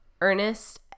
Ernest